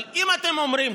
אבל אם אתם אומרים,